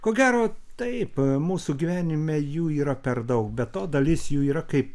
ko gero taip mūsų gyvenime jų yra per daug be to dalis jų yra kaip